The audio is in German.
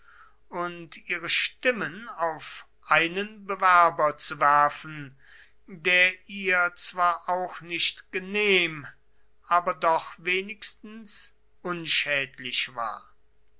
und ihre stimmen auf einen bewerber zu werfen der ihr zwar auch nicht genehm aber doch wenigstens unschädlich war